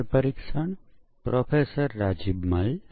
આપણે પરીક્ષણના કેસો વિશે ચર્ચા કરી રહ્યા હતા